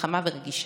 חכמה ורגישה.